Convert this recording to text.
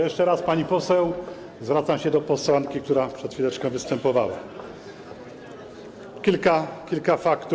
Jeszcze raz, pani poseł - zwracam się do posłanki, która przed chwileczką występowała - kilka faktów.